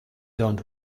don’t